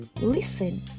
listen